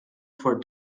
for